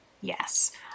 Yes